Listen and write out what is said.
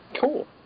Cool